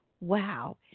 Wow